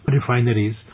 refineries